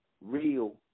real